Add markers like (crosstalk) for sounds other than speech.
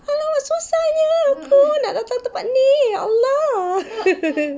!alamak! susahnya nak datang aku tempat ni ya allah (laughs)